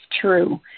true